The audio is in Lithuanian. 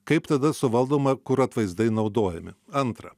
kaip tada suvaldoma kur atvaizdai naudojami antra